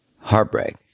heartbreak